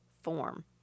form